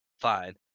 fine